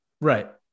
Right